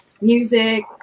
music